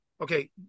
Okay